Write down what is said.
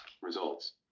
results